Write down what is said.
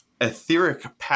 Etheric